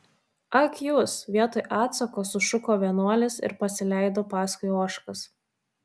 ak jūs vietoj atsako sušuko vienuolis ir pasileido paskui ožkas